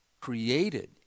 created